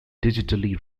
digitally